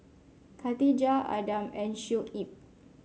Khatijah Adam and Shuib